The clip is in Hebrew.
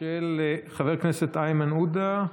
חבר הכנסת איימן עודה,